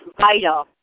vital